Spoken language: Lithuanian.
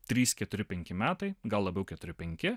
trys keturi penki metai gal labiau keturi penki